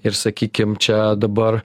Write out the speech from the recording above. ir sakykim čia dabar